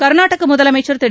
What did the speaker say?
கர்நாடக முதலமைச்சர் திரு